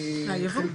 מהייבוא.